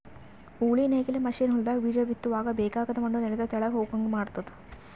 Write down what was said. ಉಳಿ ನೇಗಿಲ್ ಮಷೀನ್ ಹೊಲದಾಗ ಬೀಜ ಬಿತ್ತುವಾಗ ಬೇಕಾಗದ್ ಮಣ್ಣು ನೆಲದ ತೆಳಗ್ ಹೋಗಂಗ್ ಮಾಡ್ತುದ